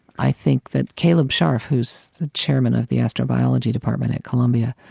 i think that caleb scharf, who's the chairman of the astrobiology department at columbia,